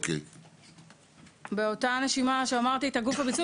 אז באותה נשימה שאמרתי את גוף הביצוע,